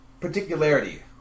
particularity